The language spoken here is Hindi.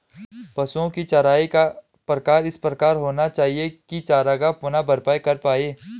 पशुओ की चराई का प्रकार इस प्रकार होना चाहिए की चरागाह पुनः भरपाई कर पाए